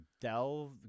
Dell